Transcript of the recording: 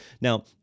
Now